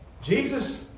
Jesus